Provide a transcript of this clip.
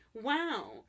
wow